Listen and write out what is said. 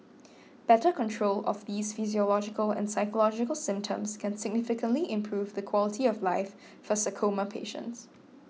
better control of these physiological and psychological symptoms can significantly improve the quality of life for sarcoma patients